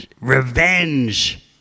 revenge